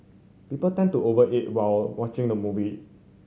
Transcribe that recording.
people tend to over eat while watching the movie